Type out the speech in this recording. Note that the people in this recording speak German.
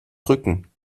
drücken